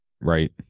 Right